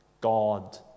God